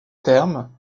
terme